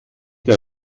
der